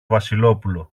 βασιλόπουλο